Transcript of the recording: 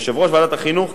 יושב-ראש ועדת החינוך,